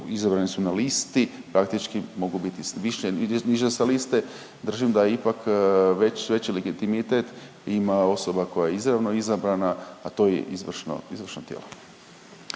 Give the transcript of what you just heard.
izabrani su na listi, praktički mogu biti s više, niže sa liste, držim da ipak veći legitimitet ima osoba koja je izravno izabrana, a to je izvršno tijelo.